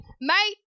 mate